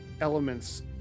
elements